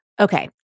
Okay